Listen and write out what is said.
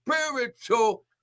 spiritual